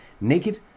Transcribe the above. naked